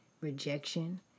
rejection